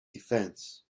defence